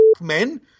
men